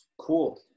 cool